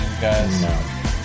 guys